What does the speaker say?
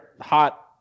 hot